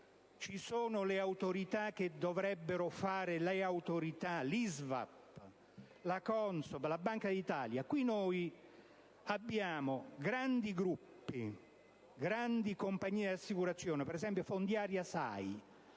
ci sono le Autorità che dovrebbero fare le Autorità, come l'ISVAP, la CONSOB, la Banca d'Italia. Abbiamo grandi gruppi, grandi compagnie di assicurazione, come Fondiaria-SAI,